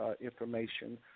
information